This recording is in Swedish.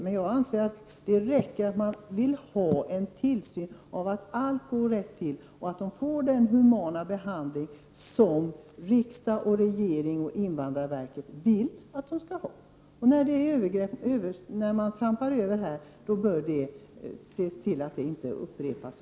Men jag anser att det skall räcka att man vill att en tillsyn sker av att allt går rätt till och att de asylsökande får den humana behandling som riksdagen, regeringen och invandrarverket vill att de skall ha. När det sker övertramp bör man se till att dessa inte upprepas.